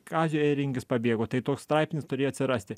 kazio ringis pabėgo tai toks straipsnis turi atsirasti